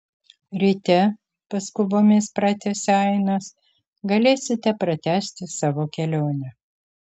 ryte paskubomis pratęsė ainas galėsite pratęsti savo kelionę